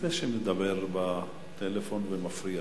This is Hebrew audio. מי זה שמדבר בטלפון ומפריע?